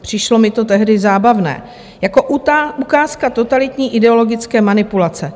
Přišlo mi to tehdy zábavné jako ukázka totalitní ideologické manipulace.